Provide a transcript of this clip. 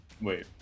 Wait